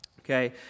okay